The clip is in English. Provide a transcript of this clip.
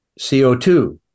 CO2